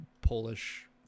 Polish